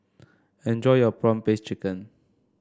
enjoy your prawn paste chicken